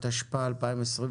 התשפ"א-2021.